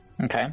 Okay